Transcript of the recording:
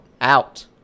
Out